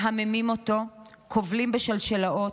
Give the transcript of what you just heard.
מהממים אותו, כובלים בשלשלאות,